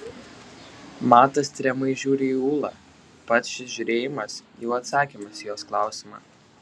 matas tiriamai žiūri į ūlą pats šis žiūrėjimas jau atsakymas į jos klausimą